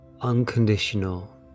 Unconditional